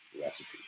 recipe